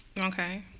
Okay